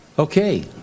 Okay